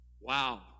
Wow